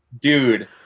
dude